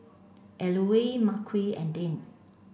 Eulalie Marquez and Dane